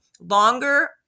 longer